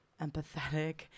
empathetic